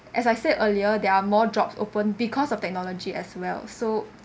as I said earlier there are more jobs opened because of technology as well well so